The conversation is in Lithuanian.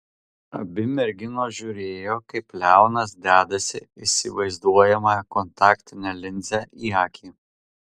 abi merginos žiūrėjo kaip leonas dedasi įsivaizduojamą kontaktinę linzę į akį